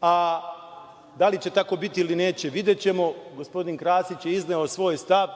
a da li će tako biti ili neće videćemo. Gospodin Krasić je izneo svoj stav,